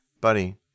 buddy